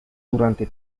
durante